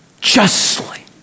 justly